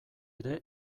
ere